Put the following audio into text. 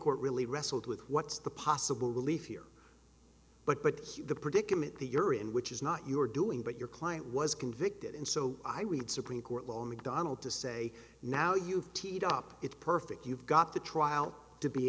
court really wrestled with what's the possible relief here but but the predicament that you're in which is not your doing but your client was convicted and so i read supreme court long donald to say now you teed up it's perfect you've got the trial to be